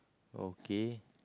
okay